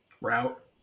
Route